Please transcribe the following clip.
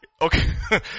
Okay